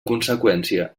conseqüència